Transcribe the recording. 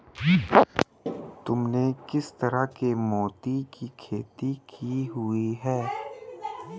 तुमने किस तरह के मोती की खेती की हुई है?